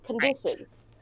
conditions